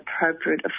appropriate